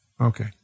okay